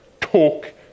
Talk